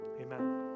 Amen